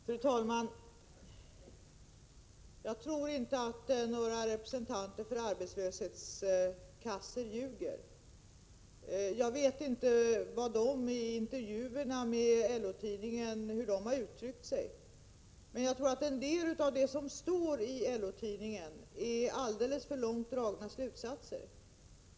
Fru talman! Jag tror inte att några representanter för arbetslöshetskassor ljuger. Jag vet inte hur de som har intervjuats i LO-tidningen har uttryckt sig, men en del av det som står i LO-tidningen är alldeles för långt dragna slutsatser.